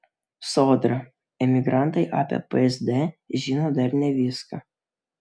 sodra emigrantai apie psd žino dar ne viską